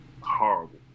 Horrible